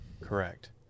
Correct